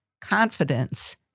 confidence